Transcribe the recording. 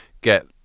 get